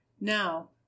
now